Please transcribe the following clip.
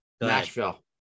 Nashville